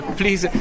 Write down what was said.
please